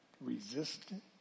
resistant